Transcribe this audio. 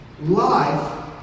Life